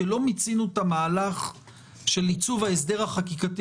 כי לא מיצינו את המהלך של עיצוב ההסדר החקיקתי